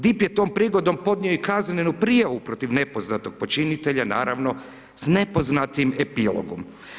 DIP je tom prigodom podnio i kaznenu prijavu protiv nepoznatog počinitelja naravno s nepoznatim epilogom.